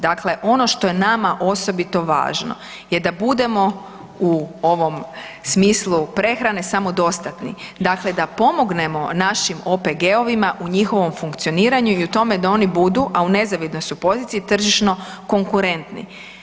Dakle, ono što je nama osobito važno je da budemo u ovom smislu prehrane samodostatni, dakle da pomognemo našim OPG-ovima u njihovom funkcioniranju i u tome da oni budu a u nezavidnoj su poziciji tržišno konkurentni.